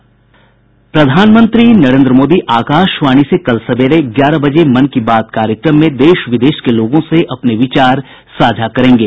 प्रधानमंत्री नरेन्द्र मोदी आकाशवाणी से कल सवेरे ग्यारह बजे मन की बात कार्यक्रम में देश विदेश के लोगों से अपने विचार साझा करेंगे